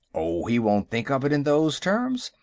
oh, he won't think of it in those terms.